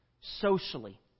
Socially